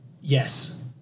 yes